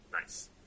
nice